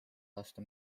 vastu